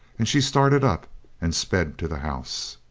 and she started up and sped to the house.